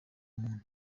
muntu